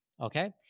okay